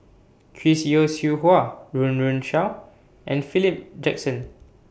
Chris Yeo Siew Hua Run Run Shaw and Philip Jackson